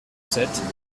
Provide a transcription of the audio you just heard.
sept